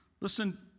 Listen